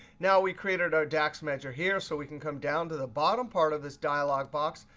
now we created our dax measure here, so we can come down to the bottom part of this dialog box,